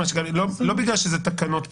לא בגלל שזה תקנות פרוצדורליות,